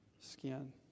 skin